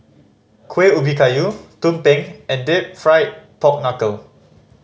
Kueh Ubi Kayu tumpeng and Deep Fried Pork Knuckle